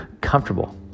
comfortable